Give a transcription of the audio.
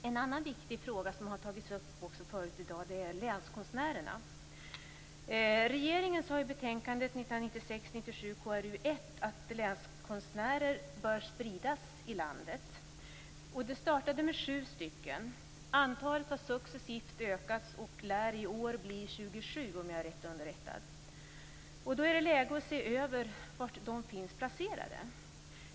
En annan viktig fråga som också har tagits upp i dag är länskonstnärerna. Regeringen sade i betänkandet 1996/97:KrU1 att länskonstnärer bör spridas i landet. Det startade med sju. Antalet har successivt ökats och lär i år bli 27, om jag är rätt underrättad. Det är då läge att se över var de finns placerade.